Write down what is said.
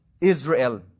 Israel